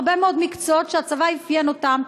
הרבה מאוד מקצועות שהצבא אפיין אותם,